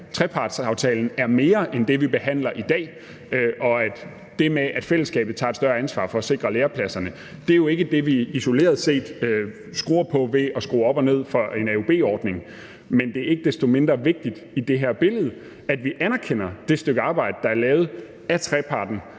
at trepartsaftalen er mere end det, vi behandler i dag, og at det med, at fællesskabet tager et større ansvar for at sikre lærepladserne, jo ikke er det, vi isoleret set skruer på ved at skrue op og ned for en AUB-ordning. Men det er ikke desto mindre vigtigt i det her billede, at vi anerkender det stykke arbejde, der er lavet af treparten,